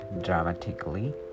dramatically